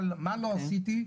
מה לא עשיתי.